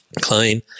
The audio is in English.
clean